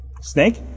Snake